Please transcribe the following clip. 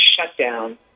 shutdown